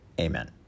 Amen